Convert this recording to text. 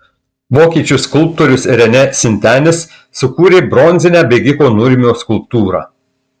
vokiečių skulptorius renė sintenis sukūrė bronzinę bėgiko nurmio skulptūrą